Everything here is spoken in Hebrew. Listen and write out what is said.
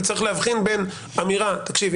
אני צריך להבחין בין אמירה שתקשיב,